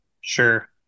Sure